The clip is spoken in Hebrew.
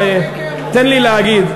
תן לי להגיד.